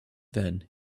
then